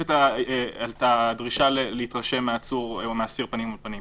את הדרישה להתרשם מהעצור או מהאסיר פנים אל פנים.